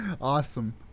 Awesome